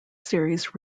series